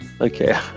Okay